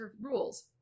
rules